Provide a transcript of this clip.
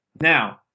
Now